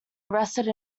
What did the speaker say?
arrested